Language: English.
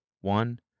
One